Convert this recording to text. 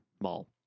mall